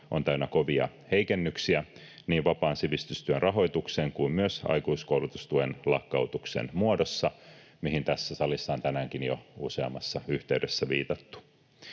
on täynnä kovia heikennyksiä niin vapaan sivistystyön rahoituksen kuin myös aikuiskoulutustuen lakkautuksen muodossa, mihin tässä salissa on tänäänkin jo useammassa yhteydessä viitattu.